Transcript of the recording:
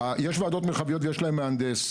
יש ועדות מרחביות ויש להם מהנדס.